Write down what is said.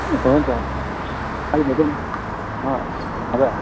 हुन्छ हुन्छ अहिले भेटौँ न अँ हो र